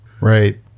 Right